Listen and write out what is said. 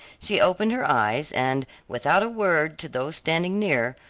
she opened her eyes, and without a word to those standing near,